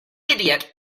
idiot